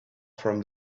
from